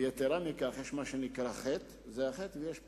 ויתירה מכך, יש מה שנקרא חטא, זה החטא, ויש פשע.